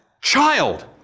child